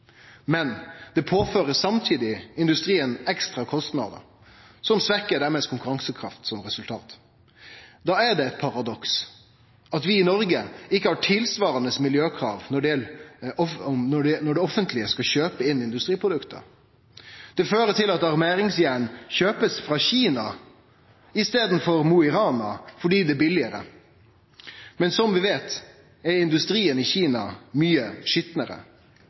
Men det påfører samtidig industrien ekstra kostnader og svekt konkurransekraft som resultat. Da er det eit paradoks at vi i Noreg ikkje har tilsvarande miljøkrav når det offentlege skal kjøpe inn industriprodukt. Det fører til at armeringsjern blir kjøpt frå Kina i staden for frå Mo i Rana, fordi det er billegare. Men som vi veit, er industrien i Kina mykje skitnare.